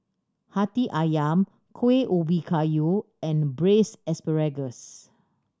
Hati Ayam Kuih Ubi Kayu and Braised Asparagus